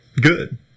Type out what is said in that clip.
Good